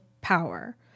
power